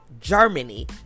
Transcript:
Germany